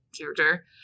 character